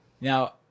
Now